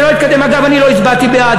אגב אני לא הצבעתי בעד.